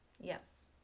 Yes